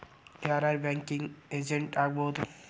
ಯಾರ್ ಯಾರ್ banking agent ಆಗ್ಬಹುದು?